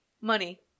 Money